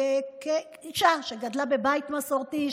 כאישה שגדלה בבית מסורתי,